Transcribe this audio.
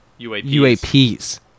UAPs